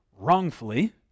wrongfully